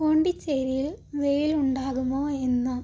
പോണ്ടിച്ചേരിയിൽ വെയിലുണ്ടാകുമോ ഇന്ന്